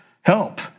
Help